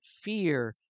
fear